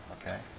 okay